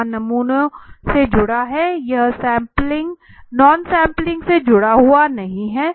यह नमूने से जुड़ा है यह सैंपलिंग नॉन सैंपलिंग से जुड़ा हुआ नहीं है